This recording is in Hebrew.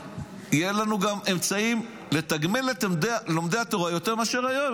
יהיו לנו גם אמצעים לתגמל את לומדי התורה יותר מאשר היום.